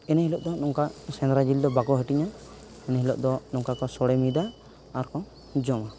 ᱤᱱᱟᱹ ᱦᱤᱞᱳᱜᱫᱚ ᱚᱱᱠᱟ ᱥᱮᱸᱫᱽᱨᱟ ᱡᱤᱞᱫᱚ ᱵᱟᱠᱚ ᱦᱟᱹᱴᱤᱧᱟ ᱮᱱ ᱦᱤᱞᱚᱜ ᱫᱚ ᱱᱚᱝᱠᱟ ᱠᱚ ᱥᱳᱲᱮ ᱢᱤᱫᱟ ᱟᱨ ᱠᱚ ᱡᱚᱢᱟ